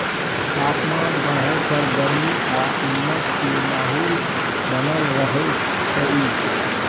तापमान बढ़य पर गर्मी आ उमस के माहौल बनल रहय छइ